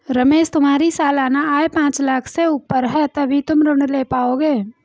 रमेश तुम्हारी सालाना आय पांच लाख़ से ऊपर है तभी तुम ऋण ले पाओगे